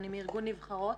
אני מארגון נבחרות.